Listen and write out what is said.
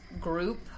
group